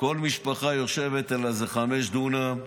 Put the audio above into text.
כל משפחה יושבת על איזה 5 דונם.